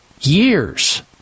years